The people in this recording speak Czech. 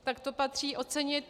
Tak to patří ocenit.